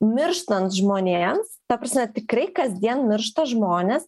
mirštant žmonėms ta prasme tikrai kasdien miršta žmonės